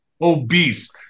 obese